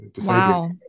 Wow